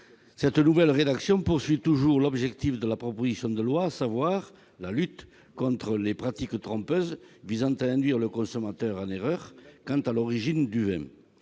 que nous vous proposerons traduit toujours l'objectif de la proposition de loi, à savoir la lutte contre les pratiques trompeuses visant à induire le consommateur en erreur quant à l'origine du vin.